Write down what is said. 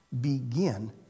begin